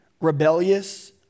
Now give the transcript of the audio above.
rebellious